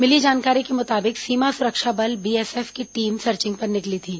मिली जानकारी के मुताबिक सीमा सुरक्षा बल बीएसएफ की टीम सर्चिंग पर निकली थी